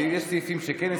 יש סעיפים שכן,